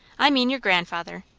i mean your grandfather.